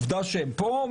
עובדה שהם פה,